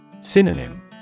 Synonym